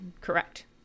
Correct